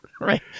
Right